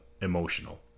emotional